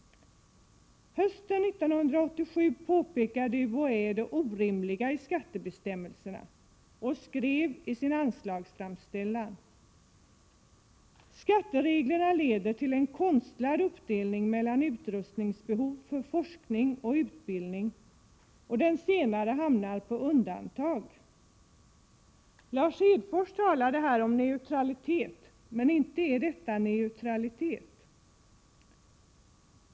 Hösten 1987 påpekade UHÄ det orimliga i skattebestämmelserna och skrev i sin anslagsframställan att skattereglerna leder till en konstlad uppdelning mellan utrustningsbehov för forskning och utbildning och att den senare hamnar på undantag. Lars Hedfors talade här om neutralitet, men detta är inte neutralitet.